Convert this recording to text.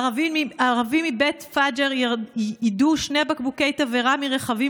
ערבים מבית פג'אר יידו שני בקבוקי תבערה מרכבים